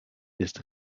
ist